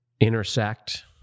intersect